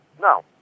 No